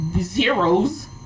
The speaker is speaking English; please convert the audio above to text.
zeros